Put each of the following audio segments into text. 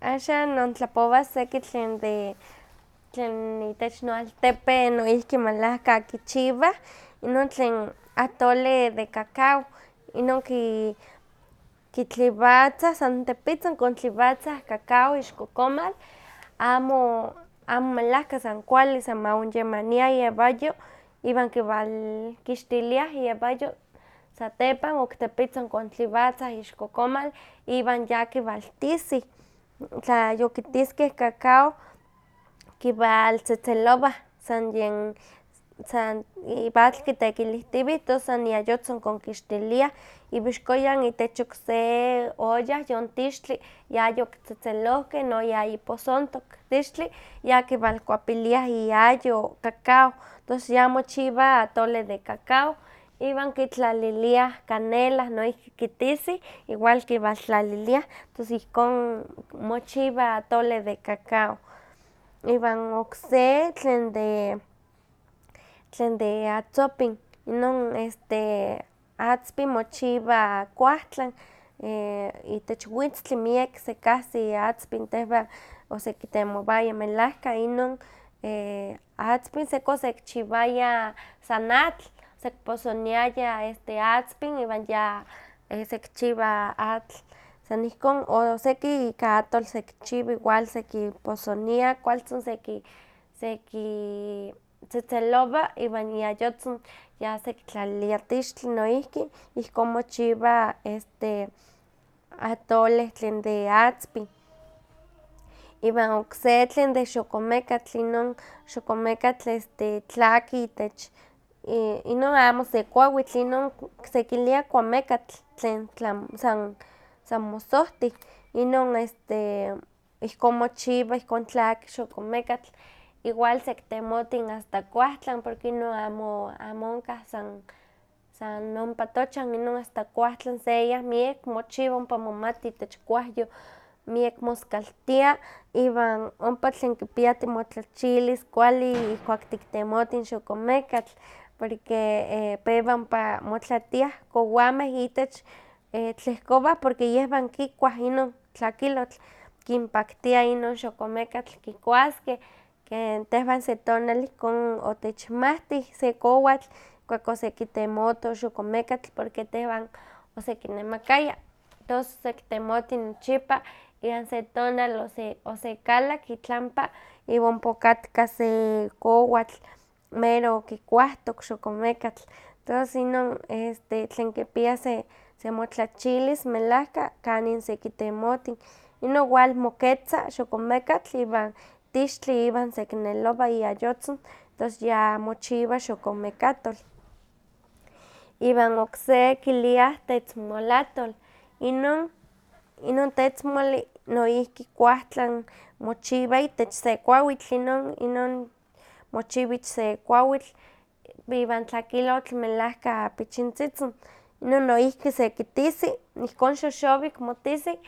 Axan nontlapowas seki tlen de, tlen itech no altepetl noihki melahka kichiwah, inon tlen atole de cacao, inon ki- kitliwatza, san tepitzin kontliwatzah cacao ixko komal, amo amo melahka san kuali san ma onyamania iewayo iwan kilawkixtiliah iewayo, satepan oktepitzin kontliwatzah ixko komal, iwan yakiwaltisih, tla yokitiskeh kakao, kiwaltzetzelowah san yen san iwa atl kiteklihtiwih, tos son iayotzin konkixtiliah, iwa ixkoyan itech okse ollah yontixtli yayokitzetzelohkeh, noyayiposontok tixtli, yakiwalkuapiliah iayo cacao, tos yamochiwa atole de cacao, iwan kitlaliliah canela, noihki kitish, iwal kiwaltlaliliah, tos ihkon mochiwa atole de cacao. Iwan okse tlen de tlen de atzopin, inon atzpin mochiwa kuahtlan itech witztli miak sekahsi atzpin, tehwan osekitemowaya melahka inon e- atzpin, seki osekichiwaya san atl, osekiposoniaya este atzpin iwan y a sekichiwa atl, san ihkon, o seki ika atol sekichiwa igual sekiposonia kualtzin seki- sekitzetzelowa, iwan iayotzin yasekitlalilia tixtli noihki, ihkon mochiwa este atole tlen de atzpin. Iwan okse tlen de xokomekatl, inon xoomekatl este tlaki itech inon amo se kuawitl, sekilia kuamekatl tlen tla san sanmosohtiw, inon este ihkon mochiwa ihkon tlaki xokomekatl, iwal sekitemotin asta kuawtlan porque inon amo onkah san, san ompa tochan, inon asta kuawtlan seyah miek mochiwa ompa momati itech kuawyoh, miek moskaltia iwan ompa tlen kipia timotlachilis kuali ihkuak tiktemotin xokomekatl porque pewa ompa motlatiah kowameh itech, e- tlehkowah porque yehwah kikuah inon tlakilotl, kinpaktia inon xokomekatl kikuaskeh, ken tehwan se tonal ihkon otechmawti se kowatl, ihkuak oksekitemoto xokomekatl porque tehwan osekinemakaya, tos sekitemotin nochipa iwan se tonal ose- osekalak itlampa, iwan ompa kahki se kowatl mero kikuahtok xokomekatl, tos inon este tlen kipia se semotlachilis melahka kanin sekitemotin, inon wal moketza xokomekatl iwan tixtli iwan sekinelowa iayotzin, tos ya mochiwa xokomekatol. Iwan okse kiliah tetzmolatol, inon inon teztmoli noihki kuawtlan mochiwa itech se kuawitl, inon, inon mochiwa ich se kuawitl iwan tlakilotl melahka pichintzitzin, inon noihki sekitisi, ihkon xoxowik sekitisi,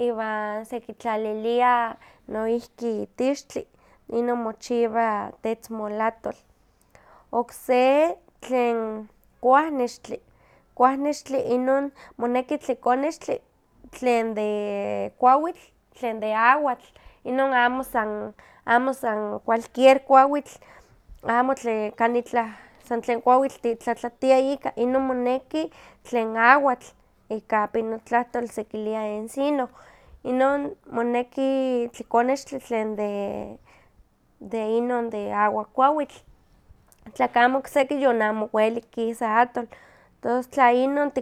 iwan sekitlalilia noihki tixtli, inon mochiwa tetzmolatol. Okse tlen kuawnextli, kuawnextli inon moneki tlikonextli tlen de kuawitl, tlen de awatl, inon amo san amo san cualquier kuawitl, amo tlen kanah itlah san tlen kuawitl titlatlatia ika, inon moneki tlen awatl, ika pinotlahtol skeilia encino, inon moneki tlikonextli tlen de inon de awakuawitl, tlakamo okseki yon amo welik kisa atol, tos tla inon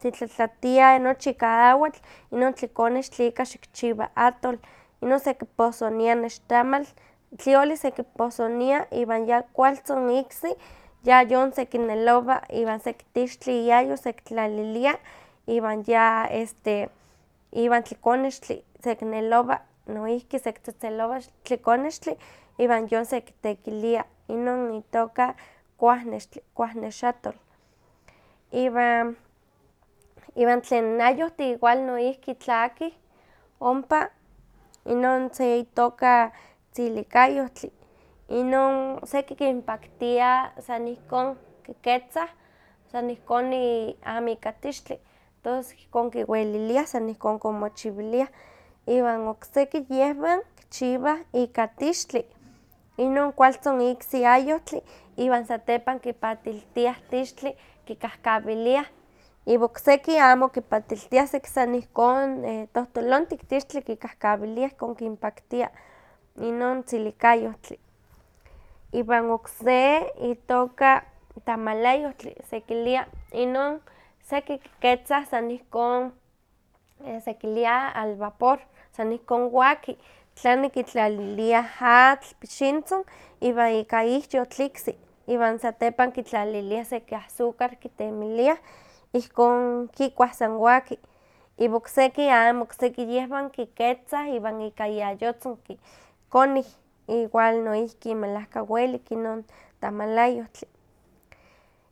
titlatlatiah inon ika awatl, inon tlikonextli ika xikchiwa atol. Inon sekiposonia nextamal, tlioli sekiposonia, iwa ya kualtzin iksi, ya yon sekinelowa iwan sekitixtli iayo sekitlalilia, iwan ya este iwan tlikonextli sekielowa, noihki sekitzetzelowa tlikonextli, iwan yon sekitekilia, inon itooka kuawnextli, kuwwnexatol. Iwan, iwan tlen ayohtih noihki tlakih ompa, inon se itooka tzilikayohtli, inon seki kinpaktia san ihkon, kiketza san ihkon amo ika tixtli, tos ihkon kiweliliah san ihkon konmochiwiliah. Iwan okseki yehwan kichiwah ika tixtli, inon kualtzin iksi ayohtli, iwan satepan kipatiltiah tixli kikahkawiliah, iwa okseki amo kipatiltiah, seki san ihkon tohtolontik tixtli kikahkawiliah ihkon kinpaktia, inon tzilikayohtli. Iwan okse itooka tamalayohtli, sekilia. Inon seki kiketzah san ihkon sekilia al vapor, san ihkon waki, tlani kitlaliliah atl pichintzin, iwan ika ihyotl iksi, iwan satepan kitlaliliah seki azúcar kitemiliah, ihkon kikuah san waki. Iwan okseki amo, okseki yehwan kiketzah, iwan ika iayotzin konih, igual noihki melahka welik inon tamalayohtli.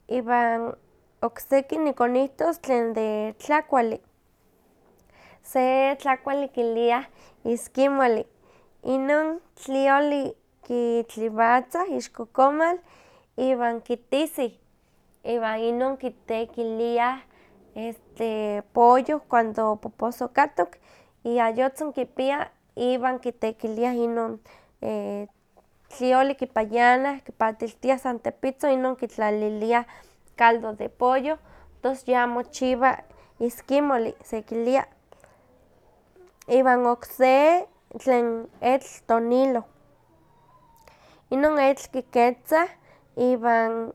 Iwan okseki nikonihtos tlen de tlakuali. Se tlakuali kiliah iskimoli, inon tlioli kitliwatzah ixko komal iwan kitisih, iwan inon kitekiliah este pollo cuando poposokatok iayotzin kipia iwan kitekiliah inon tlioli kipayanah, kipatiltiah san tepitzin, inon kitlaliliah caldo de pollo, tos ya mochiwa iskimoli, sekilia. Iwan okse tlen etl tonilo, inon etl kiketzah, iwan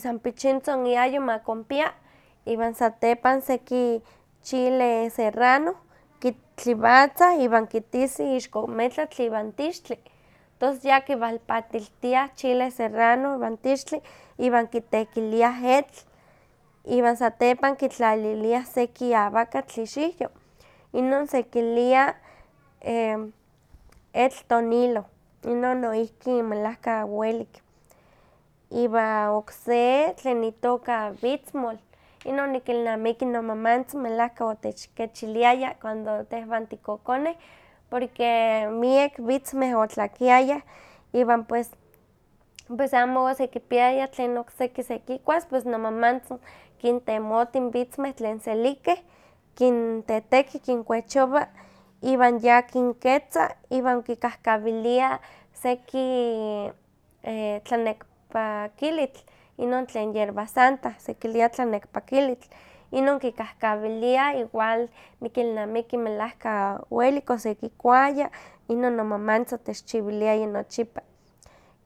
san pichintzin iayo ma konpia, iwan satepan seki chile serrano kitliwatzah, iwan kitisih ixko metlatl iwan tixtli, tos ya kiwalpatiltiah chile serrano iwan tixtli iwan kitekiliah etl, iwan satepan kitlaliliah seki awakatl ixiwyo, inon sekilia etl toniloh, inon noihki melahka welik. Iwan okse tlen itooka witzmol, inon nikilnamiki nomamantzin melahka otechkechiliaya, cuando tehwan tikokoneh, porque miek witzmeh otlakiayah iwan pues pues amo osekipiaya tlen okseki sekikuas, pues nomamantzin kintemootin witzmeh tlen selikeh, kinteteki kinkuechowa, iwan yakinketza iwan kikahkawilia seki tlanekpakilitl, inon tlen yerba santa, sekilia tlanekpakilitl, inon kikahkawiliah igual nikilnamiki melahka welik osekikuaya, inon nomamantzin otechchiwiliaya nochipa,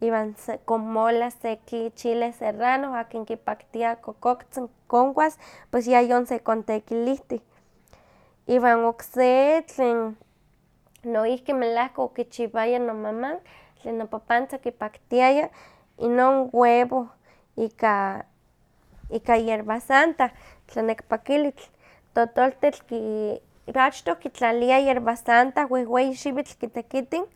iwan sekonmola seki chile serrano akin kipaktiakokoktzin konkuas pues ya yon sekontekilihtiw. Iwan okse tlen noihki melahka okichiwaya nomaman tlen nopapantzin okipaktiaya, inon webo ika ika yerbasanta, tlanekpakilitl, totoltetl ki- achtoh kitlalia yerbasanta wehweyi xiwitl kitekitin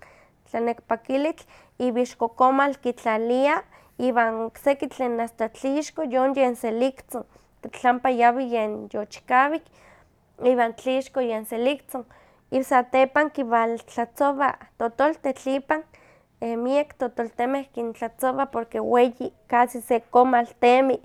tlanekpakilitl, iwan ixko komal kitlalia iwan okseki tlen asta tlixko yonyenseliktzin, tlatlampa yawi yen yochikawik, iwan tlixko yen seliktzin, iwasatepan kiwaltlaztowa totooltetl ipan, miek totoltemeh kintlatzowa porque weyi casi se komal temi,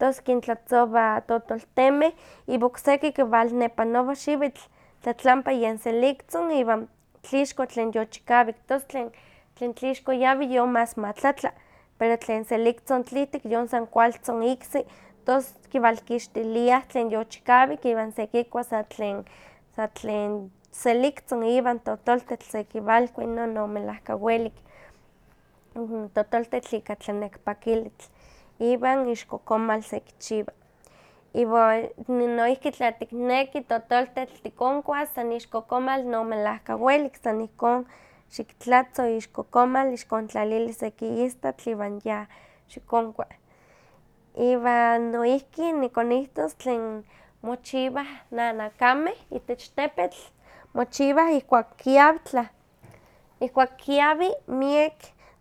tos kintlatzowa totoltemeh, iwan okseki kiwalnepanowa n xiwitl, tlatlampa yen seliktzin iwan tlixko tlen yochikawik, tos tlen tlen tlixko yawi, yon mas ma tlatla, pero tlen seliktzin tlihtik yon son kualtzin iksi tos kiwalkixtiliah tlen yochikawik iwan sekikua san tlen san tlen seliktzin iwan totoltetl sekiwalkui inon no melahka welik, totoltetl iwan tlanekpakilitl, iwan ixko komal sekichiwa. Iwa e- ni- noihki tla tikneki totoltetl tikonkuas san ixko komal no melahka welik, san ihkon xiktlatzo ixko komal ixikontlalili seki istatl iwan ya, kixonkua. Iwna noihki nikonihtos tlen mochiwah nanakameh itech tepetl, mochiwah ihkuak kiawtlah, ihkuak kiawi miek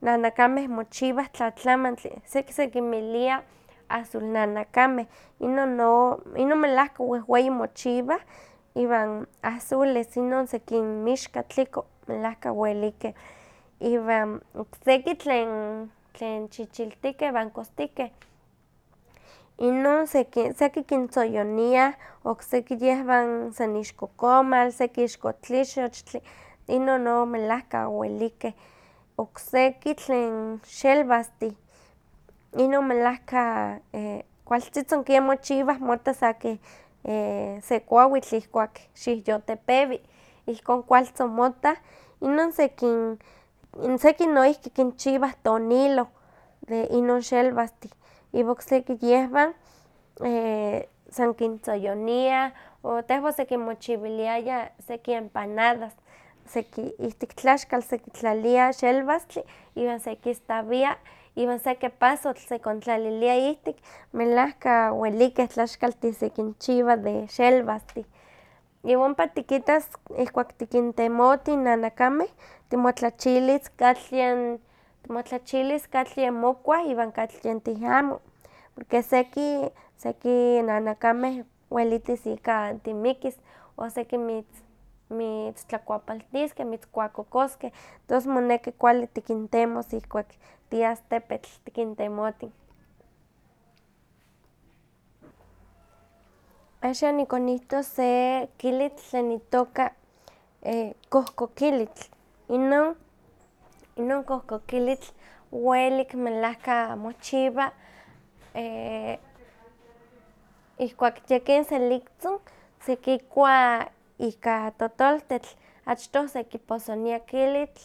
nanakameh mochiwah tlatlamantli, seki sekinmilia azul nanakameh, inon no inon melahka wehweyi mochiwah iwan azules, inon sekinmixka tliko, melahka welikeh, iwan okseki tlen tlen chichiltikeh iwan kostikeh, inon seki seki kintzoyoniah, okseki yehwan san ixko komal, seki ixko tlixochtli, inon no melahka welikeh, okseki tlen xelwastih, inon melahka e- kualtzitzin ken mochiwah, motta sa keh e- se kuawitl ihkuak xiwyotepewi, ihkon kualtzin mottah. Inon sekin, seki noihki kinchiwah toniloh, de inon xelwastin, iwan okseki yehwan san kintzoyoniah, o tehwan osekinmochiwiliaya seki empanadas, seki ihtik tlaxkal sekitlalia xelwastli iwan sekistawia iwan seki epazotl sekitlalilia ihktik, melahka welikeh tlaxkaltih sekinchiwa de xelwastih, iwan ompa tikittas ihkuak tikintemotin nanakameh, timotlachilis katlyeh, timochiachilis katlyentih moakuah iwan katlyentih amo. Porque seki seki nanakameh welitis ika timikis, o seki mitztlakuepaltiskeh, mitzkuakokoskeh, tos moneki kuali tikintemos ihkuak tias tepetl tikintemotin. Axan nikonihtos se kilitl tlen itooka kohkokilitl, inon inon kohkokilitl welik melahka mochiwa ihkuak yekin seliktzin sekikua ika totoltetl, achtoh sekiposonia kilitl,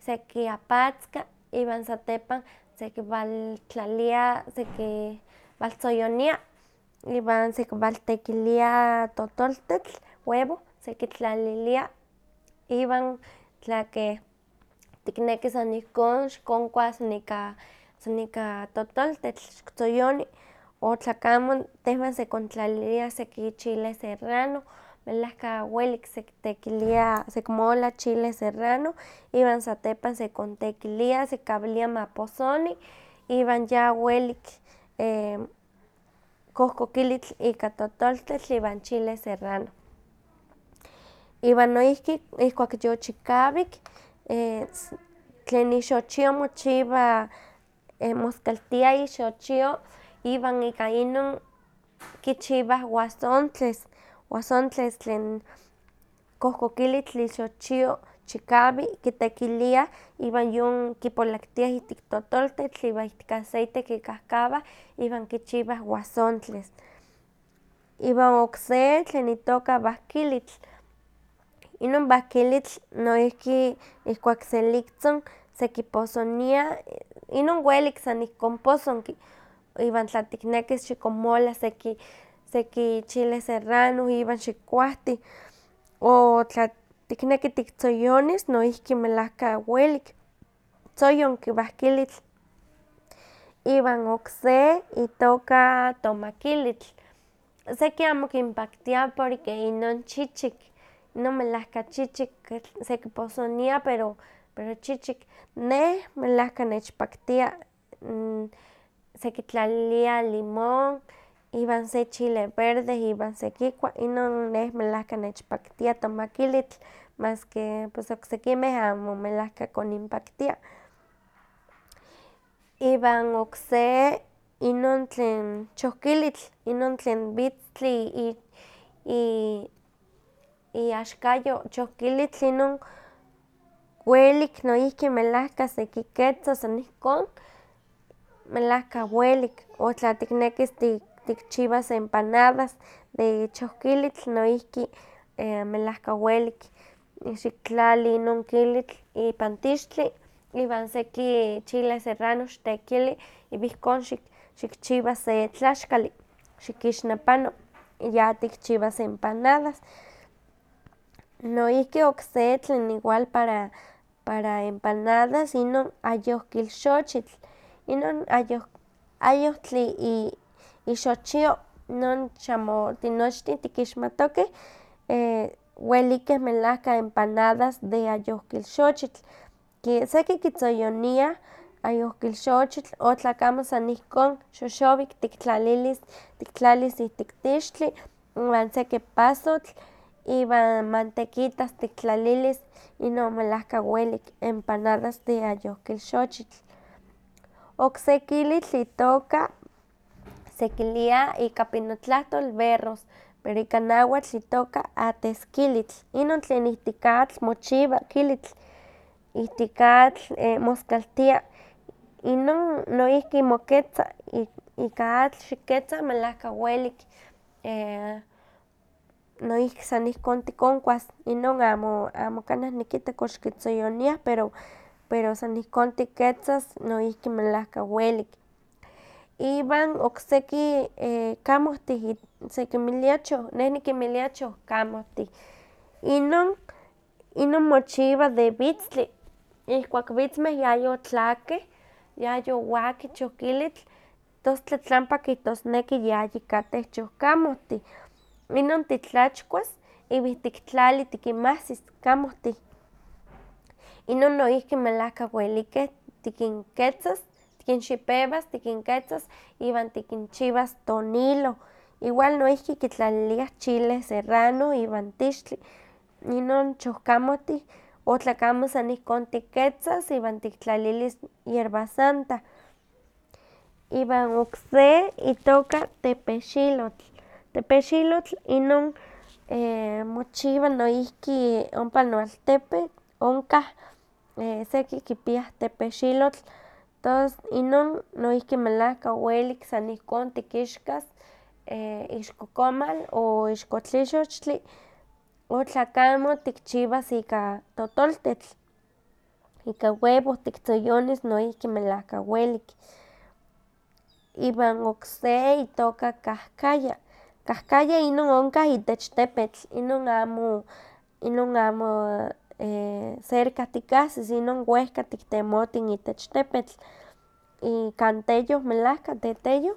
sekiapatzka, iwan satepan sekiwaltlalia sekiwaltzoyonia, iwan sekiwaltekilia totoltetl, webo sekitlalialia, iwan tla keh tikneki san ihkon xikonkua san ika san ika totoltetl, xiktzoyoni, o tlakamo tehwan sekontlalilia seki chile serrano, melahka welik sekitekilia, sekimola chile serrano, iwan satepan sekontekilia, sekawilia ma posoni, iwan ya welik e- kohkokilitl ika totoltetl iwan chile serrano. Iwan noihki ihkuak yochikawik e- se- tlen ixoxhio mochiwa e- moskaltia ixochio iwan ika inon, kichiwah wasontles, wasontles tlen kohkokilitl ixochio chikawi, kitekilia iwan yon kipolaktiah ihtik totoltetl iwan ihtik aceite kikahkawah iwan kichiwah wasontles. Iwan okse tlen itooka wahkilitl, inon wahkilitl noihki ihkuak seliktzin sekiposonia, inon welik san ihkon posonki, iwan tla tiknekis kikonmola seki seki chile serrano iwan xikuahtih, o tla tikneki tiktzoyonis noihki melahka welik, tzoyonki wahkilitl, iwan okse itooka tomakilitl, seki amo kinpaktia porque inon chichik, inon melahka chichik, sekiposinia pero chichik. Neh melahka nechpaktia, sekitlalilia limón iwan ika se chile verde iwan sekikua. Inon neh melahka nechpaktia tomakilitl maski sekimeh amo melahka koninpaktia. iwan okse inon tlen chohkilitl, inon tlen witztli iaxkayo. Inon welik noihki melahka sekiketza san ihkon o tla tiknekis tikchiwas empanadas de chohkilitl melahka welik. Xiktlali inon kilitl ipan tixtli iwan seki chile serrano xihtekili iwan ihkon xikchiwa se tlaxkalli, xikixnepano ya tikchiwas empanadas. Noihki okse tlen para empanadas inon ayohkilxochitl, inon ayoh- ayohtli ixochio inon xamo tinochtin tikixmayokeh, inon welikrh melahka empanadas de ayohkilxochitl, ke seki kitzoyoniah o tlakeh amo san ihkon xoxowik tiktlalilis, tiktlalis ihtik tixtli iwan seki epazotl, iwan mantequitas tiktlalilis, inon melahka welik empanadas de ayohkilxochitl. Okse kilitl itooka sekilia ika pinotlahtol berros, pero ika nahuatl itooka ateskilitl, inon tlen ihtik atl mochiwa kilitl, ihtik atl moskaltia. Inon noihki mo ketza, ika atl xiketza melahka welik, noihki san ihkon tikonkuas, inon amo amo kanah nikita kox kitzoyoniah pero san ihkon tikeztas noihki melahka welik, iwan okseki kamihtih sekinmilia, neh nikinmilia chohkamohtih, inon inon mochiwa de witzli, ihkuak witzmeh yayotlakeh, yayowaki chohkilitl, tos tlatlampa kihsotneki yayikateh chohkamohtih, inon titlachkuas, iwan ihtik tlali tikinmahsis kamohtih, inon noihki melahka welikeh tikinketzas, tikinxipewas tikinketzas iwan tikinchiwas toniloh, igual noihki kitlaliliah chile serrano iwan tixtli, inon chohkamohtih, otlakamo san ihton tiketzas iwan tiktlallis yerbasanta, iwan okse itooka tepehxilotl, tepehxilotl inon noihki mochiwa ompa noaltepe onkah e- seki kipiah tepexilotl tos inon noihki melahka welik san ihkon tikixkas ixko komal o ixko tlixochtli, o tlakamo tikchchiwas ika totoltetl, ika weboh tiktzoyonis noihki melahka welik. Iwan okse itooka kahkaya, kahkaya inon onkah itech tepetl, inon amo inon amo cerca tikahsis, inon wehka tiktemotin itech tepetl, ik kan teyoh, melahka teteyoh,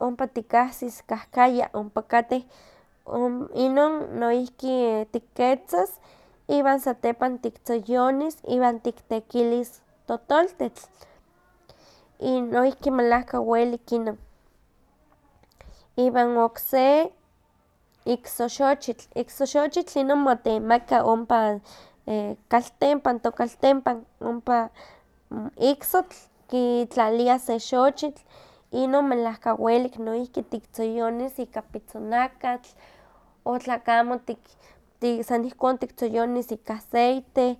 ompa tikahsis kahkaya. Inon noihki tiketzas iwan satepan tiktzoyonis, iwan tiktekilis totoltetl, inoihki melahka welik inon. Iwan okse iksoxochitl, iksoxochitl inon ompa motemaka kaltempan, ompa tokaltempan. Iksotl kitlalia se xochitl, inon melahka welik tiktzoyonis ika pitzonakatl, o tlakamo tik- ti- san ihkon tiktzoyonis ika aceite,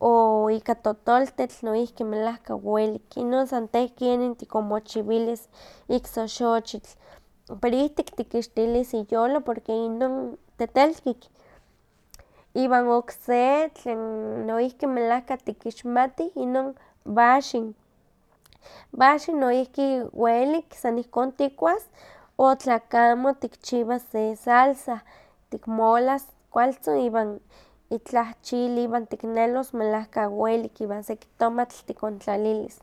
o ika totoltetl noihki melahka welik, inon san teh kenin tikonmochiwilis iksoxochitl, pero ihtik tikixtilis iyolo, porque inon tetelkik. Iwan okse tlen noihki tikixmatih inon waxin, waxin noihki welik san ihkon tikuas o tlakamo tikchiwas se salsa, tikmolas kualtzin iwan itlah chili iwan tiknelos melahka welik iwan seki tomatl tikontlalilis.